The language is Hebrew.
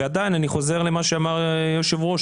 ועדיין אני חוזר למה שאמר היושב-ראש,